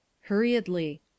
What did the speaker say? Hurriedly—